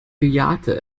bejahte